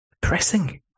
pressing